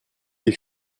les